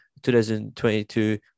2022